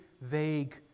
vague